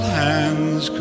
hands